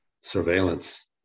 surveillance